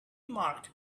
marked